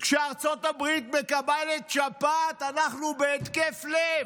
כשארצות הברית מקבלת שפעת, אנחנו בהתקף לב.